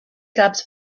cups